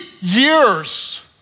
years